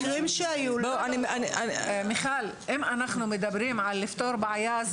אם אנחנו מדברים על לפתור בעיה,